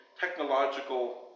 technological